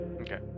Okay